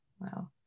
Wow